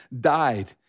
died